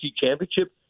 Championship